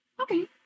okay